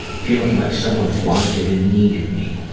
feeling like someone wanted and needed me,